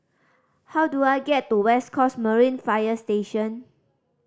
how do I get to West Coast Marine Fire Station